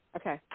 Okay